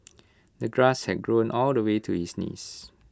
the grass had grown all the way to his knees